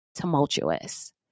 tumultuous